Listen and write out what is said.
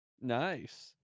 nice